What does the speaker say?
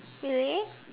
really